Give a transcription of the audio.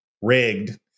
rigged